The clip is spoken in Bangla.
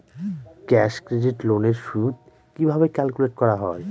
ক্যাশ ক্রেডিট লোন এর সুদ কিভাবে ক্যালকুলেট করা হয়?